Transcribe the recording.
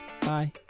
Bye